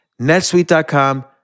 netsuite.com